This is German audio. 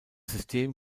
system